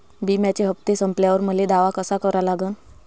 बिम्याचे हप्ते संपल्यावर मले दावा कसा करा लागन?